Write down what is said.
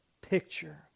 picture